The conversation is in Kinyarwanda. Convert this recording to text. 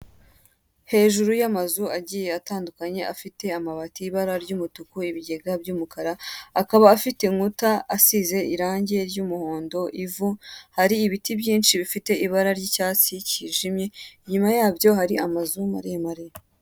Hejuru y'amazu agiye atandukanye, afite amabati y'ibara ry'umutuku, ibigega by'umukara, akaba afite inkuta, asize irangi ry'umuhondo, ivu . Hari ibiti byinshi bifite ibara ry'icyatsi kijimye, inyuma yabyo hari amazu maremare.